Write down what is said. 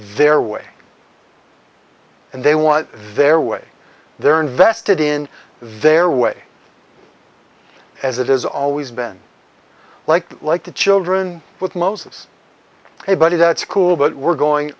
their way and they want their way they're invested in their way as it has always been like like the children with moses a body that's cool but we're going